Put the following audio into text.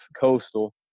coastal